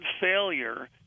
failure